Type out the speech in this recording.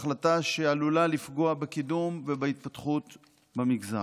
החלטה שעלולה לפגוע בקידום ובהתפתחות במגזר.